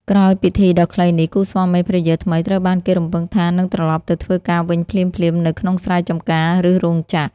ក្រោយពិធីដ៏ខ្លីនេះ គូស្វាមីភរិយាថ្មីត្រូវបានគេរំពឹងថានឹងត្រឡប់ទៅធ្វើការវិញភ្លាមៗនៅក្នុងស្រែចម្ការឬរោងចក្រ។